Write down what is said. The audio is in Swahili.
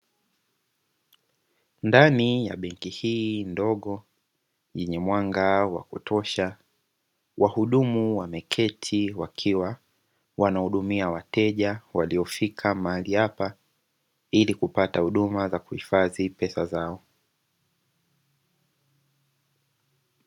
Ndani ya benki hii ndogo yenye mwanga wa kutosha, wahudumu wameketi wakiwa wanahudumia wateja waliofika mahali hapa, ili kupata huduma za kuhifadhi pesa zao.